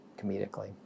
comedically